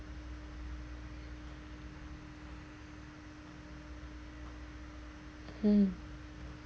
hmm